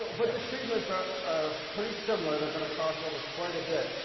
but the treatments are are pretty similar they're going to cross over quite a bit.